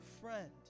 friend